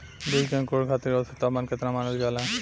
बीज के अंकुरण खातिर औसत तापमान केतना मानल जाला?